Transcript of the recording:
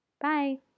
Bye